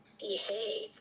behave